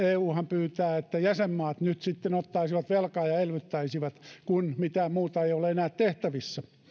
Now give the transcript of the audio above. euhan pyytää että jäsenmaat nyt sitten ottaisivat velkaa ja elvyttäisivät kun mitään muuta ei ole enää tehtävissä